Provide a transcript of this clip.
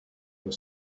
the